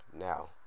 Now